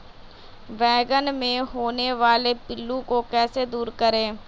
बैंगन मे होने वाले पिल्लू को कैसे दूर करें?